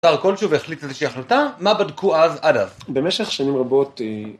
אתר כלשהו והחליט איזושהי החלטה, מה בדקו אז עד אז? במשך שנים רבות היא...